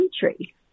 country